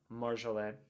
Marjolaine